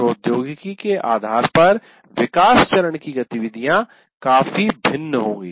प्रौद्योगिकी के आधार पर विकास चरण की गतिविधियां काफी भिन्न होंगी